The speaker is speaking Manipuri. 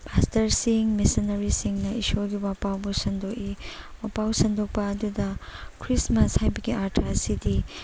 ꯄꯥꯁꯇꯔꯁꯤꯡ ꯃꯤꯁꯟꯅꯔꯤꯁꯤꯡꯅ ꯏꯁꯣꯔꯒꯤ ꯋꯥꯄꯥꯎꯕꯨ ꯁꯟꯗꯣꯛꯏ ꯋꯥꯄꯥꯎ ꯁꯟꯗꯣꯛꯄ ꯑꯗꯨꯗ ꯈ꯭ꯔꯤꯁꯃꯥꯁ ꯍꯥꯏꯕꯒꯤ ꯑꯔꯊ ꯑꯁꯤꯗꯤ